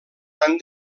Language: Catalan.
han